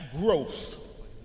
growth